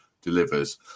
delivers